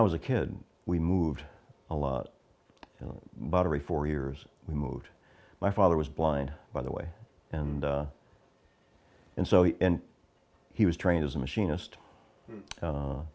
i was a kid we moved a lot but every four years we moved my father was blind by the way and and so he and he was trained as a machinist